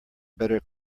better